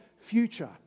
future